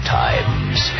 times